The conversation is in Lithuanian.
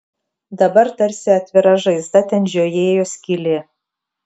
dabar tarsi atvira žaizda ten žiojėjo skylė